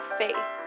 faith